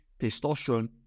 testosterone